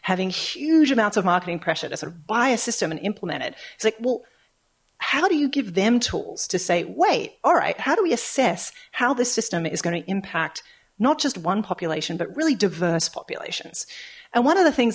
having huge amounts of marketing pressure to sort of buy a system and implement it it's like well how do you give them tools to say wait alright how do we assess how this system is going to impact not just one population but really diverse populations and one of the things